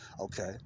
okay